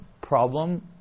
problem